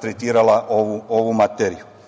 tretirala ovu materiju. Ovaj